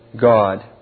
God